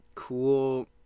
Cool